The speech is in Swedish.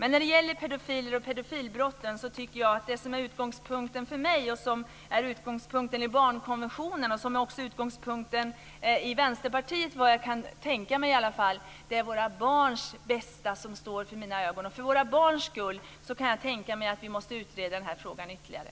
När det gäller pedofiler och pedofilbrotten är utgångspunkten för mig - och som är utgångspunkten i barnkonventionen och, vad jag kan tänka mig, utgångspunkten för Vänsterpartiet - våra barns bästa. Det är vad som står för mina ögon. För våra barns skull kan jag tänka mig att vi måste utreda den här frågan ytterligare.